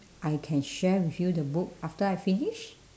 I can share with you the book after I finish